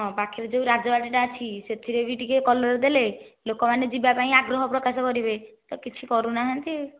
ହଁ ପାଖରେ ଯେଉଁ ରାଜବାଟିଟା ଅଛି ସେହିଥିରେ ବି ଟିକେ କଲର୍ ଦେଲେ ଲୋକମାନେ ଯିବା ପାଇଁ ଆଗ୍ରହ ପ୍ରକାଶ କରିବେ ତ କିଛି କରୁନାହାନ୍ତି